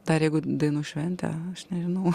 dar jeigu dainų šventė aš nežinau